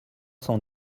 cent